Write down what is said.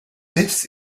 this